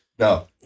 No